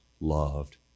loved